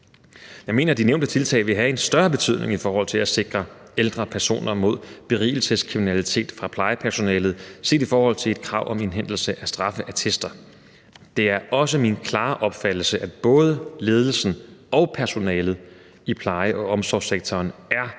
Jeg mener, at de nævnte tiltag vil have en større betydning i forhold til at sikre ældre personer mod berigelseskriminalitet fra plejepersonalet end et krav om indhentelse af straffeattester. Det er også min klare opfattelse, at både ledelsen og personalet i pleje- og omsorgssektoren er